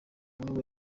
niwe